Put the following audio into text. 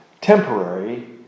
temporary